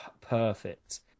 perfect